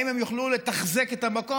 האם הם יוכלו לתחזק את המקום,